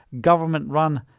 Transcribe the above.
government-run